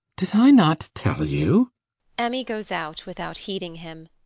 did i not tell you emmy goes out without heeding him.